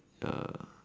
ya